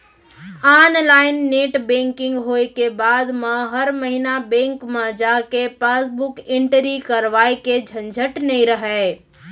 online net banking होय के बाद म हर महिना बेंक म जाके पासबुक एंटरी करवाए के झंझट नइ रहय